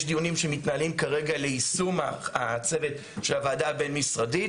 דיונים שמתנהלים כרגע ליישום הצוות של הוועדה הבין-משרדית.